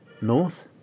north